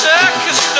Circus